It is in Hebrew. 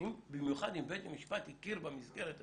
במיוחד אם בית משפט הכיר במסגרת הזו,